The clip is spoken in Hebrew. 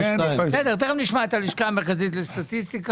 בסדר, תכף נשמע את הלשכה המרכזית לסטטיסטיקה.